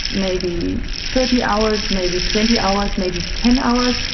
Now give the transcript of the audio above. maybe thirty hours, maybe twenty hours, maybe ten hours,